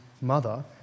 mother